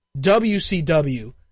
WCW